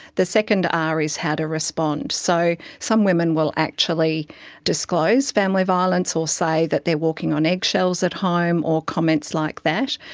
the second r is how to respond. so some women will actually disclose family violence, or say that they're walking on eggshells at home, or comments like that.